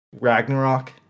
Ragnarok